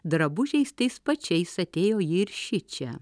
drabužiais tais pačiais atėjo ji ir šičia